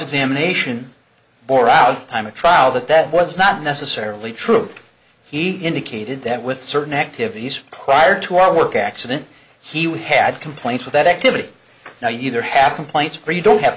examination or out time of trial that that was not necessarily true he indicated that with certain activities prior to our work accident he would had complaints with that activity now either have complaints for you don't have